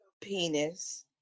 penis